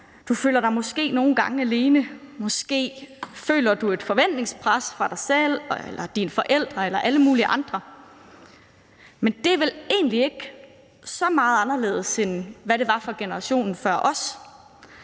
du føler dig måske nogle gange alene. Måske føler du et forventningspres fra dig selv, dine forældre eller alle mulige andre. Men det er vel egentlig ikke så meget anderledes, end det var for generation før os.